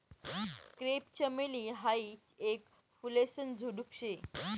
crepe चमेली हायी येक फुलेसन झुडुप शे